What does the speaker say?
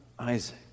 Isaac